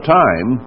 time